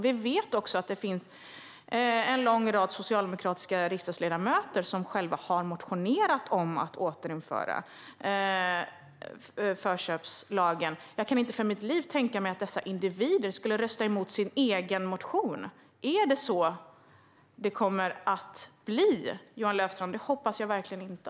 Vi vet att det finns en lång rad socialdemokratiska riksdagsledamöter som själva har motionerat om att återinföra förköpslagen. Jag kan inte för mitt liv tänka mig att dessa individer skulle rösta emot sin egen motion. Är det så det kommer att bli, Johan Löfstrand? Det hoppas jag verkligen inte.